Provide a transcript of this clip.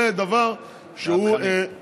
זה דבר שהוא, מהפכני.